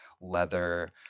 leather